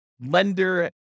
lender